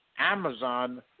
Amazon